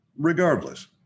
Regardless